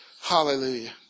Hallelujah